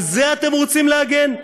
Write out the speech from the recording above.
על זה אתם רוצים להגן?